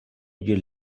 you